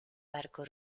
barco